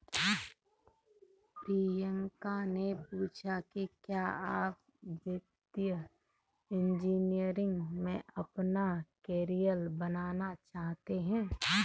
प्रियंका ने पूछा कि क्या आप वित्तीय इंजीनियरिंग में अपना कैरियर बनाना चाहते हैं?